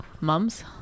Mums